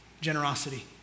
Generosity